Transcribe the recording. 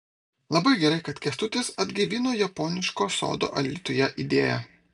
labai gerai kad kęstutis atgaivino japoniško sodo alytuje idėją